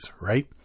right